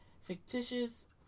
fictitious